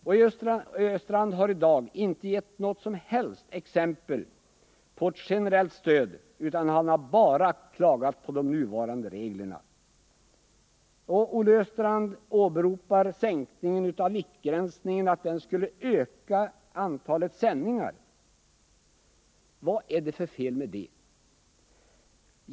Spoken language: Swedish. Olle Östrand har inte i dag givit något som helst exempel på ett generellt stöd, utan han har bara klagat på de nuvarande reglerna. Olle Östrand hävdar att sänkningen av viktgränsen skulle öka antalet sändningar. Vad är det för fel med det?